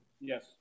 Yes